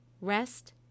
rest